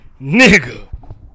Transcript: nigga